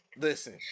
Listen